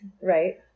right